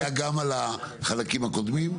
גם על החלקים הקודמים?